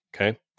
okay